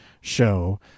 show